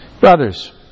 Brothers